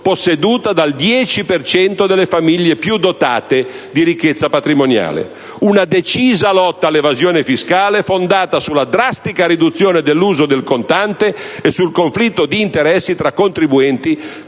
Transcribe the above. posseduta dal 10 per cento delle famiglie più dotate di ricchezza patrimoniale. Una decisa lotta all'evasione fiscale, fondata sulla drastica riduzione dell'uso del contante e sul conflitto di interessi tra contribuenti,